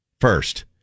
first